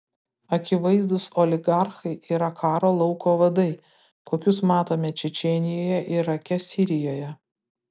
akivaizdūs oligarchai yra karo lauko vadai kokius matome čečėnijoje irake sirijoje